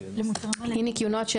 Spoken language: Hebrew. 4. אי-ניקיונות (Impurities),